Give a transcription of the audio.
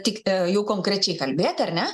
tik jau konkrečiai kalbėti ar ne